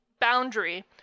boundary